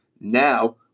Now